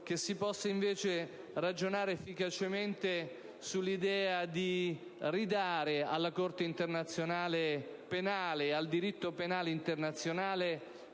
si possa ragionare efficacemente sull'idea di ridare alla Corte penale internazionale e al diritto penale internazionale